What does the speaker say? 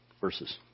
verses